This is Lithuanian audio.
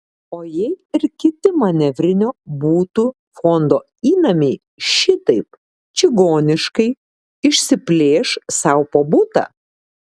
o jei ir kiti manevrinio butų fondo įnamiai šitaip čigoniškai išsiplėš sau po butą